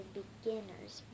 beginners